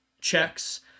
checks